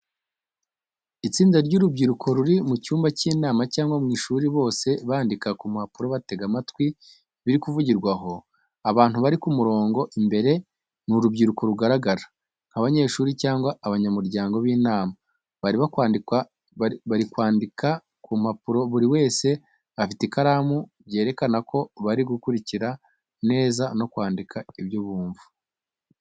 Itsinda ry’urubyiruko ruri mu cyumba cy’inama cyangwa mu ishuri bose bandika ku mpapuro batega amatwi ibiri kuvugirwa aho bari. Abantu bari ku murongo imbere ni urubyiruko rugaragara nk’abanyeshuri cyangwa abanyamuryango b’inama. Bari kwandika ku mpapuro buri wese afite ikaramu byerekana ko bari gukurikira neza no kwandika ibyo bumva.